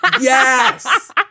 yes